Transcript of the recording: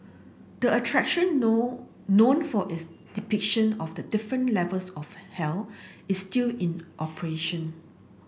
the attraction know known for its depiction of the different levels of hell is still in operation